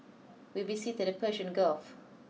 we visited the Persian Gulf